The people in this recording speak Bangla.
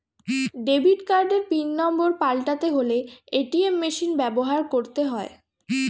ডেবিট কার্ডের পিন নম্বর পাল্টাতে হলে এ.টি.এম মেশিন ব্যবহার করতে হয়